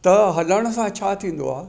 त हलण सां छा थींदो आहे